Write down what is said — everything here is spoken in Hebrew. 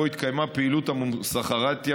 שבו התקיימה פעילות המוסחראתייה,